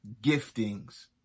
giftings